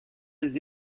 les